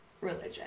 religion